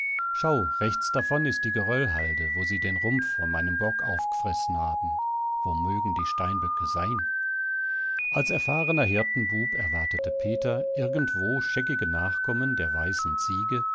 schau rechts davon ist die geröllhalde wo sie den rumpf von meinem bock aufg'fressen haben wo mögen die steinböcke sein als erfahrener hirtenbub erwartete peter irgendwo scheckige nachkommen der weißen ziege